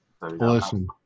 Listen